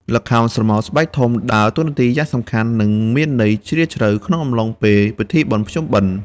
ល្ខោនស្រមោលស្បែកធំ ដើរតួនាទីយ៉ាងសំខាន់ និងមានន័យជ្រាលជ្រៅក្នុងអំឡុងពេល ពិធីបុណ្យភ្ជុំបិណ្ឌ។